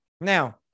Now